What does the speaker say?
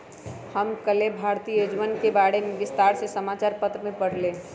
हम कल्लेह भारतीय योजनवन के बारे में विस्तार से समाचार पत्र में पढ़ लय